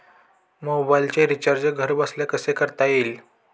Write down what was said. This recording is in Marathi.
मोबाइलचे रिचार्ज घरबसल्या कसे करता येईल?